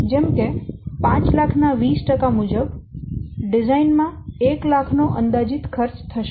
જેમ કે 500000 ના 20 મુજબ ડિઝાઇન માં 100000 નો અંદાજીત ખર્ચ થશે